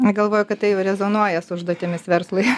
na galvoju kad tai jau rezonuoja su užduotimis verslui